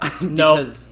No